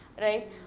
right